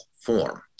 form